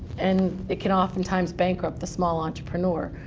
and it can oftentimes bankrupt the small entrepreneur.